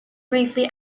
briefly